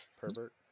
pervert